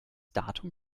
datum